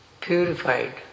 purified